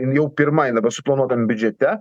jin jau pirma jin dabar suplanuotam biudžete